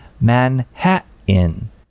Manhattan